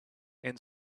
and